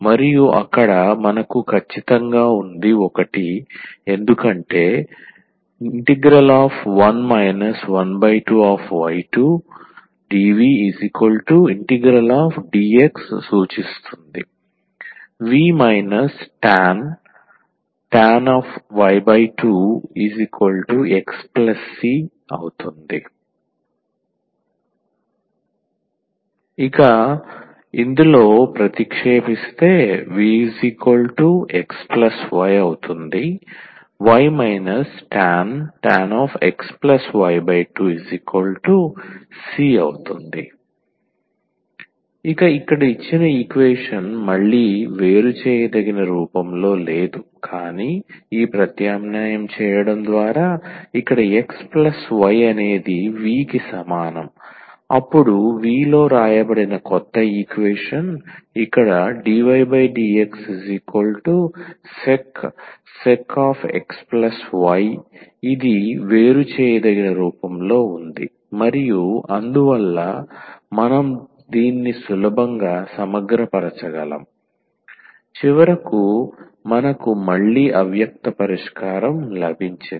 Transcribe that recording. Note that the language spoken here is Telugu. మరియు అక్కడ మనకు ఖచ్చితంగా ఉంది 1 ఎందుకంటే 1 12v2 dvdx సూచిస్తుంది v tan v2 xc ప్రతిక్షేపణ vxy y tan xy2 c ఇక ఇక్కడ ఇచ్చిన ఈక్వేషన్ మళ్ళీ వేరు చేయదగిన రూపంలో లేదు కానీ ఈ ప్రత్యామ్నాయం చేయడం ద్వారా ఇక్కడ x ప్లస్ y అనేది v కి సమానం అప్పుడు v లో వ్రాయబడిన కొత్త ఈక్వేషన్ ఇక్కడ dydxsec xy ఇది వేరు చేయదగిన రూపంలో ఉంది మరియు అందువల్ల మనం దీన్ని సులభంగా సమగ్రపరచగలము చివరకు మనకు మళ్ళీ అవ్యక్త పరిష్కారం లభించింది